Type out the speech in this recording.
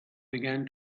began